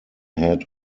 head